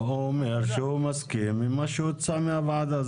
הוא אומר שהוא מסכים עם מה שהוצע מהוועדה.